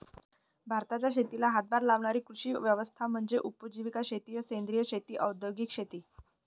भारताच्या शेतीला हातभार लावणारी कृषी व्यवस्था म्हणजे उपजीविका शेती सेंद्रिय शेती औद्योगिक शेती